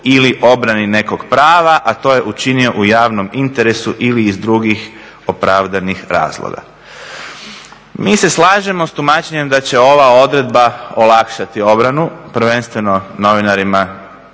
ili obrani nekog prava, a to je učinio u javnom interesu ili iz drugih opravdanih razloga. Mi se slažemo s tumačenjem da će ova odredba olakšati obranu, prvenstveno novinarima